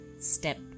step